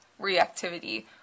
reactivity